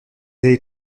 avez